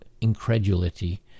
incredulity